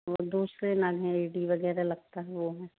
वो दूसरे नग हैं ई डी वगैरह लगता है वो है